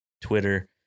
Twitter